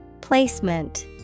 Placement